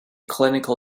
clinical